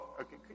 Okay